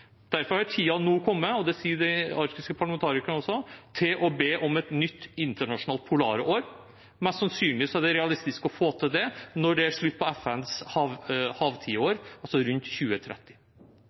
Derfor er tiden nå kommet – og det sier de arktiske parlamentarikerne også – for å be om et nytt internasjonalt polarår. Mest sannsynlig er det realistisk å få til det når det er slutt på FNs havtiår,